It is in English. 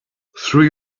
three